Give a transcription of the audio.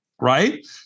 Right